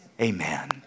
Amen